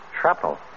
Shrapnel